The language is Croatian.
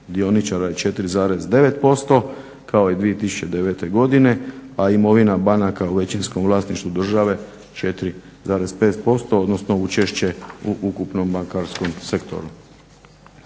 dioničara je 4,9% kao i 2009. godine, a imovina banaka u većinskom vlasništvu države 4,5% odnosno učešće u ukupnom bankarskom sektoru.